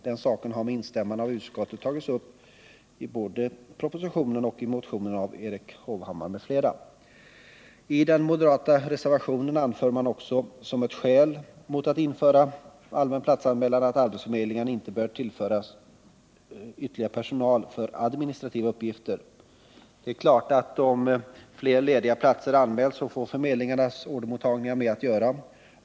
Den saken har med instämmande av utskottet tagits upp både i propositionen och i motionen av Erik Hovhammar m.fl. I den moderata reservationen anför man också som ett skäl mot att införa allmän platsanmälan att arbetsförmedlingarna inte bör tillföras ytterligare personal för administrativa uppgifter. Det är klart att om fler lediga platser anmäls får förmedlingarnas ordermottagningar mer att göra.